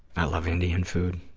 i love indian food.